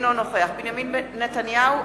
אינו נוכח בנימין נתניהו,